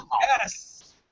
Yes